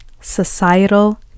societal